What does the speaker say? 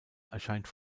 erscheint